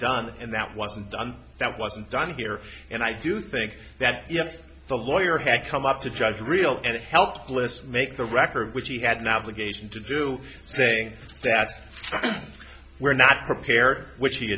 done and that wasn't done that wasn't done here and i do think that if the lawyer had come up to judge real and helpless make the record which he had an obligation to do things that were not prepared which he